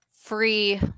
free